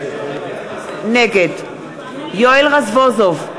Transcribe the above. נגד יואל רזבוזוב,